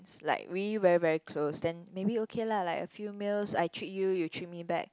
like really very very close then maybe okay lah like a few meals I treat you you treat me back